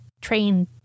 train